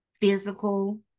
physical